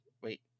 wait